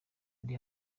ndi